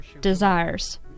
desires